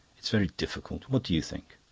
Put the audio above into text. it's very difficult. what do you think?